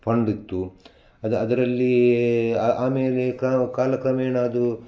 fund ಇತ್ತು ಅದು ಅದರಲ್ಲಿ ಅ ಆಮೇಲೆ ಕ್ರಾ ಕಾಲ ಕ್ರಮೇಣ ಅದು